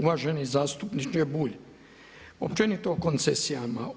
Uvaženi zastupniče Bulj, općenito o koncesijama.